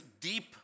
deep